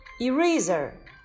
eraser